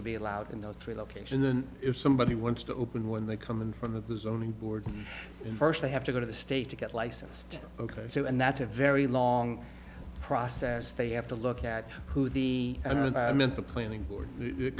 will be allowed in those three locations if somebody wants to open when they come in from of the zoning board first they have to go to the state to get licensed ok so and that's a very long process they have to look at who the and i meant the planning board